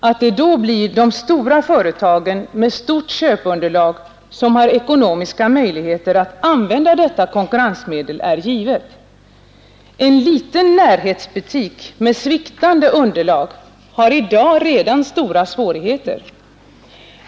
Att det då blir de stora företagen med stort köpunderlag som har ekonomiska möjligheter att använda detta konkurrensmedel är givet. En liten närhetsbutik med sviktande underlag har redan i dag stora svårigheter.